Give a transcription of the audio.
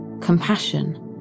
compassion